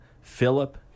Philip